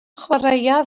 chwaraea